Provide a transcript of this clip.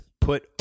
Put